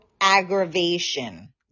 aggravation